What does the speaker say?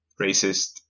racist